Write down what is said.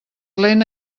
lent